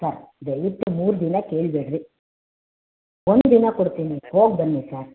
sir ದಯವಿಟ್ಟು ಮೂರು ದಿನ ಕೇಳ್ಬೇಡಿರಿ ಒಂದು ದಿನ ಕೊಡ್ತೀನಿ ಹೋಗಿ ಬನ್ನಿ ಸರ್